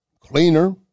Cleaner